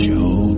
Joe